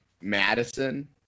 madison